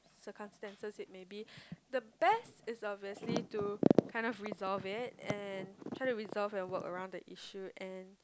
circumstances it may be the best is obviously to kind of resolve it and try to resolve and work around the issue and